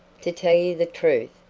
to tell you the truth,